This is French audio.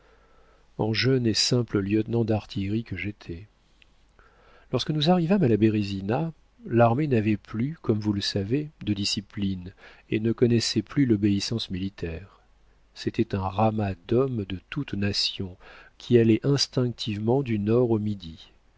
en jeune et simple lieutenant d'artillerie que j'étais lorsque nous arrivâmes à la bérésina l'armée n'avait plus comme vous le savez de discipline et ne connaissait plus l'obéissance militaire c'était un ramas d'hommes de toutes nations qui allait instinctivement du nord au midi